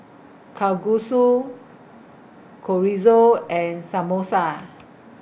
Kalguksu Chorizo and Samosa